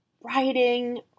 writing